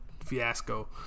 Fiasco